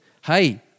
Hey